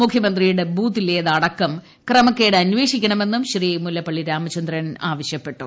മുഖ്യമന്ത്രിയുടെ ബൂത്തിലേത് അടക്കം ക്രമക്കേട്ട് അന്വേഷിക്കണമെന്നും ശ്രീ മുല്ലപ്പള്ളി രാമചന്ദ്രൻ ആവശ്യപ്പെട്ടു